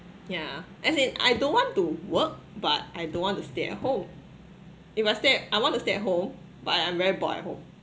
yeah as in I don't want to work but I don't want to stay at home if must stay I want to stay at home but I I'm very bored at home